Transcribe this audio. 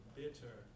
bitter